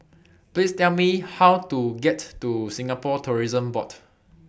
Please Tell Me How to get to Singapore Tourism Board